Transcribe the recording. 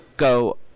go